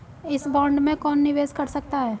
इस बॉन्ड में कौन निवेश कर सकता है?